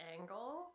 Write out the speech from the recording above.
angle